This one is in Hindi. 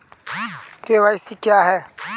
के.वाई.सी क्या है?